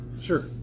Sure